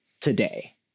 today